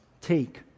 take